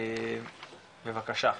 בבקשה.